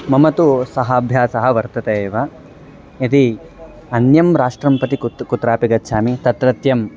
मम तु सः अभ्यासः वर्तते एव यदि अन्यत् राष्ट्रं प्रति कुत्र कुत्रापि गच्छामि तत्रत्यं